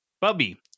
Bubby